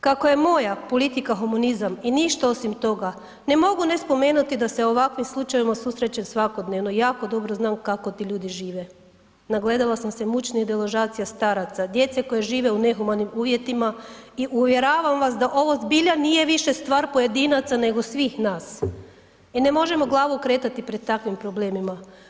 Kako je moja politika humanizam i ništa osim toga ne mogu ne spomenuti da se s ovakvim slučajevima susrećem svakodnevno, jako dobro znam kako ti ljudi žive, nagledala sam se mučnih deložacija staraca, djece koja žive u nehumanim uvjetima i uvjeravam vas da ovo zbilja nije više stvar pojedinca, nego svih nas i ne možemo glavu okretati pred takvim problemima.